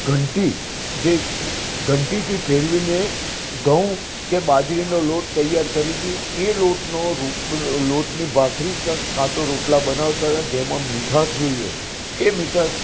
ઘંટી જે ઘંટીથી ફેરવી ને ઘઉં કે બાજરીનો લોટ તૈયાર કરી ને એ લોટનો લોટની ભાખરી ક્યાં તો રોટલા બનાવતા જેમાં મીઠાશ જોઈએ એ મીઠાશ